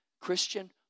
Christian